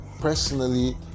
personally